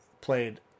played